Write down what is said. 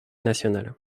nationale